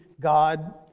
God